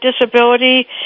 disability